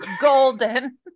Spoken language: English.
golden